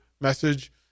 message